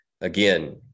again